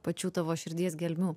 pačių tavo širdies gelmių